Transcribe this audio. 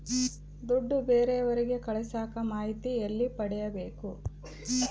ದುಡ್ಡು ಬೇರೆಯವರಿಗೆ ಕಳಸಾಕ ಮಾಹಿತಿ ಎಲ್ಲಿ ಪಡೆಯಬೇಕು?